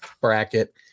bracket